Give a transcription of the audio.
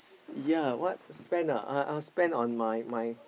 yea what spend ah uh I will spend on my my